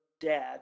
dad